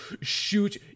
shoot